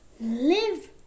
live